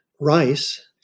rice